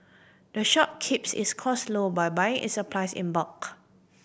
the shop keeps its cost low by buying its supplies in bulk